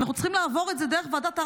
אנחנו צריכים לעבור את זה דרך ועדת ערר.